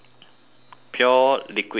pure liquid ink